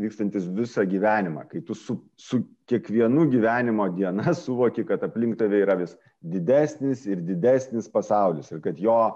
vykstantis visą gyvenimą kai tu su su kiekvienu gyvenimo diena suvoki kad aplink tave yra vis didesnis ir didesnis pasaulis ir kad jo